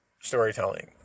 storytelling